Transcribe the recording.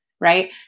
Right